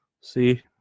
See